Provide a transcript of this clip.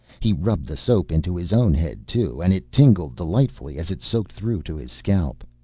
he rubbed the soap into his own head, too, and it tingled delightfully as it soaked through to his scalp.